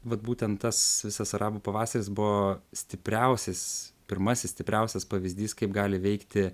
vat būtent tas visas arabų pavasaris buvo stipriausias pirmasis stipriausias pavyzdys kaip gali veikti